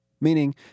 meaning